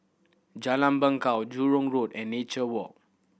Jalan Bangau Jurong Road and Nature Walk